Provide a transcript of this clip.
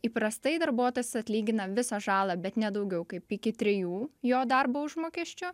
įprastai darbuotojas atlygina visą žalą bet ne daugiau kaip iki trijų jo darbo užmokesčių